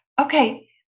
Okay